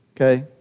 Okay